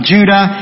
Judah